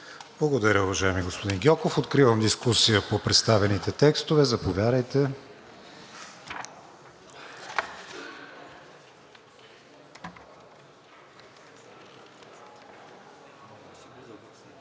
Благодаря, уважаеми господин Гьоков. Откривам дискусия по представените текстове. Заповядайте.